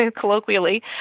colloquially